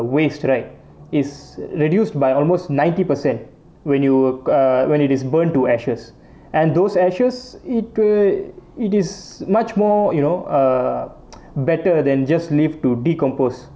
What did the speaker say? waste right is reduced by almost ninety per cent when you uh when it is burnt to ashes and those ashes it uh it is much more you know uh better than just leave to decompose